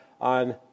on